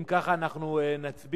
אם כך, אנחנו נצביע